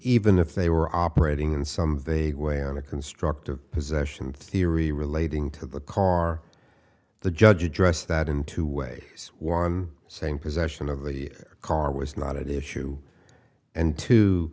even if they were operating in some vague way on a constructive possession theory relating to the car the judge addressed that in two way one saying possession of the car was not at issue and t